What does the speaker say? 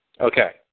Okay